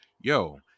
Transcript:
yo